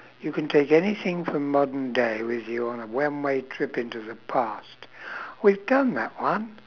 you can take anything from modern day with you on a one way trip into the past we've done that one